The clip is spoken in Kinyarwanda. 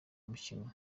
umukino